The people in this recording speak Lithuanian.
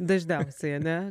dažniausiai ane